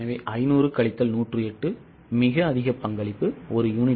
எனவே 500 கழித்தல் 108 மிக அதிக பங்களிப்பு ஒரு யூனிட்டுக்கு 392